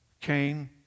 Cain